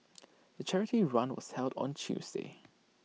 the charity run was held on Tuesday